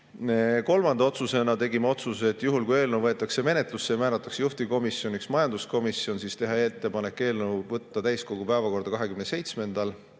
Kolmandana tegime otsuse, et juhul kui eelnõu võetakse menetlusse ja määratakse juhtivkomisjoniks majanduskomisjon, siis teha ettepanek võtta eelnõu täiskogu päevakorda 27.